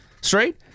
straight